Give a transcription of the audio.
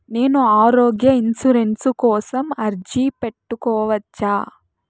నేను ఆరోగ్య ఇన్సూరెన్సు కోసం అర్జీ పెట్టుకోవచ్చా?